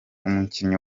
umukinnyi